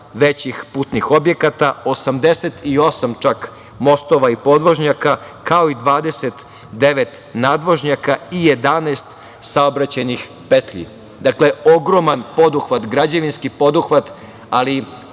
većih putnih objekata, 88 čak mostova i podvožnjaka, kao i 29 nadvožnjaka i 11 saobraćajnih petlji. Dakle, ogroman građevinski poduhvat, ali